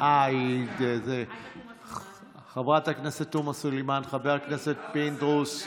עאידה תומא סלימאן, חבר הכנסת פינדרוס,